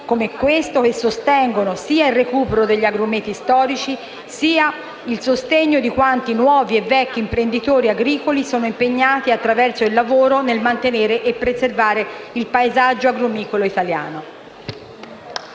come questo, che sostengono sia il recupero degli agrumeti storici, sia i nuovi e vecchi imprenditori agricoli, che sono impegnati attraverso il lavoro a mantenere e preservare il paesaggio agrumicolo italiano.